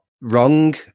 wrong